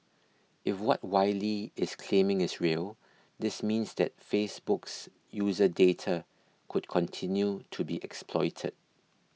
if what Wylie is claiming is real this means that Facebook's user data could continue to be exploited